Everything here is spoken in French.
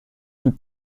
plus